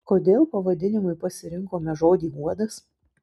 kodėl pavadinimui pasirinkome žodį uodas